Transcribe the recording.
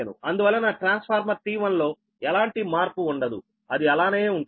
అందువలన transformer T1 లో ఎలాంటి మార్పు ఉండదు అది అలానే ఉంటుంది